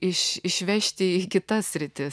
iš išvežti į kitas sritis